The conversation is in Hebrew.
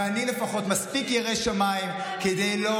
ואני לפחות מספיק ירא שמיים כדי לא